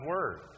Word